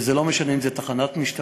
וזה לא משנה אם זה תחנת משטרה,